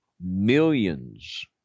millions